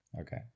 Okay